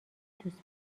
دوست